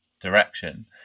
direction